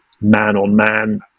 man-on-man